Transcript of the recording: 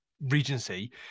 Regency